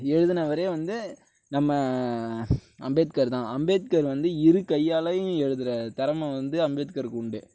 எழுதினவரே வந்து நம்ம அம்பேத்கர் தான் அம்பேத்கர் வந்து இரு கையாலேயும் எழுதுகிற தெறமை வந்து அம்பேத்கருக்கு உண்டு